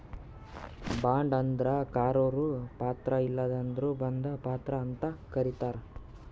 bond ಅಂದ್ರ ಕರಾರು ಪತ್ರ ಇಲ್ಲಂದ್ರ ಬಂಧ ಪತ್ರ ಅಂತ್ ಕರಿತಾರ್